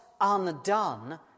undone